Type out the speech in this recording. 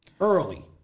early